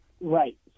right